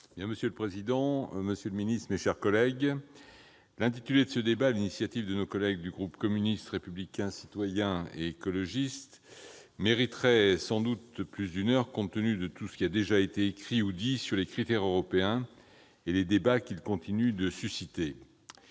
Monsieur le président, monsieur le secrétaire d'État, mes chers collègues, ce débat, organisé sur l'initiative de nos collègues du groupe communiste républicain citoyen et écologiste, mériterait sans doute plus qu'une heure, compte tenu de tout ce qui a déjà été écrit ou dit sur les critères européens et des discussions qu'ils continuent de susciter.